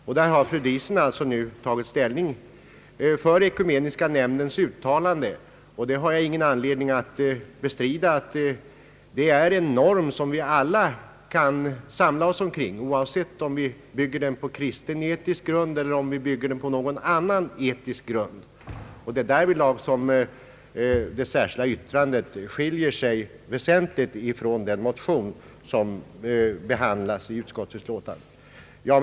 Fru Diesen har alltså nu tagit ställning för Ekumeniska nämndens uttalande, och jag har ingen anledning bestrida att det är en norm som vi alla kan samlas kring, oavsett om vi har en livsåskådning på kristen grund eller någon annan etisk grund. Därvidlag skiljer sig det särskilda yttrandet väsentligt från den motion som behandlas i utskottsutlåtandet. Herr talman!